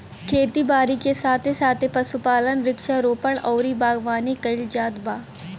खेती बारी के साथे साथे पशुपालन, वृक्षारोपण अउरी बागवानी कईल जात बा